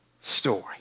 story